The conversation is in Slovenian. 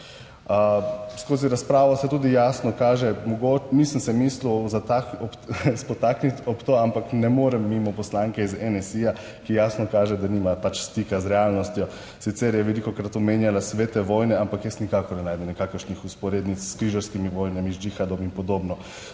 Skozi razpravo se tudi jasno kaže, mogoče, nisem se mislil spotakniti ob to, ampak ne morem mimo poslanke iz NSi-ja, ki jasno kaže, da nima pač stika z realnostjo, sicer je velikokrat omenjala svete vojne, ampak jaz nikakor ne najdem nikakršnih vzporednic s križarskimi vojnami, z džihadom in podobno.